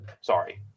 Sorry